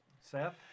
Seth